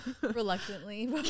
Reluctantly